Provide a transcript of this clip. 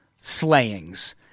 slayings